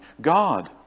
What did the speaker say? God